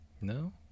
No